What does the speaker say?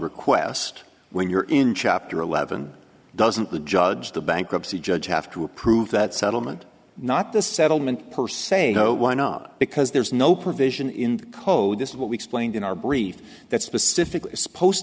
request when you're in chapter eleven doesn't the judge the bankruptcy judge have to approve that settlement not the settlement per se why not because there's no provision in the code just what we explained in our brief that specifically post